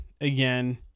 again